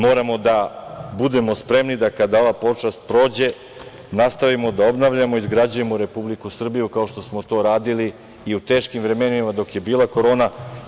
Moramo da budemo spremni da kada ova pošast prođe, nastavimo da obnavljamo i izgrađujemo Republiku Srbiju, kao što smo to radili i u teškim vremenima dok je bila korona.